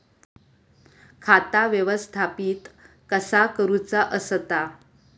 खाता व्यवस्थापित कसा करुचा असता?